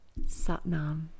Satnam